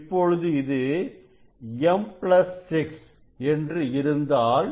இப்பொழுது இது M plus 6 என்று இருந்தாள்